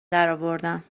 درآوردم